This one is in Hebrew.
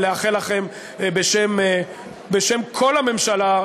ולאחל לכם בשם כל הממשלה,